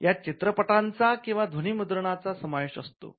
त्यात चित्रपटांचा आणि ध्वनीमुद्रणाचा समावेश असतो